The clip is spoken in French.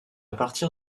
partir